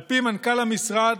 על פי מנכ"ל המשרד,